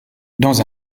dans